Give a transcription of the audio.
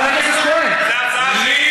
זו הצעה שלי,